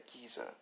Giza